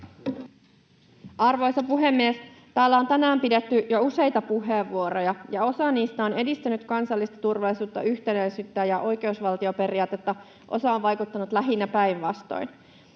Arvoisa puhemies! Täällä on tänään pidetty jo useita puheenvuoroja, ja osa niistä on edistänyt kansallista turvallisuutta, yhtenäisyyttä ja oikeusvaltioperiaatetta, osa on vaikuttanut lähinnä päinvastoin.